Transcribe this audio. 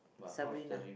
Sabrina